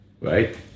right